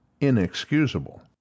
inexcusable